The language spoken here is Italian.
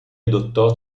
adottò